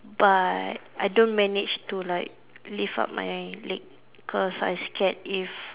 but I don't manage to like lift up my leg cause I scared if